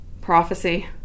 Prophecy